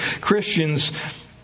Christians